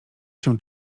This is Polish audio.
się